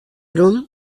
rûn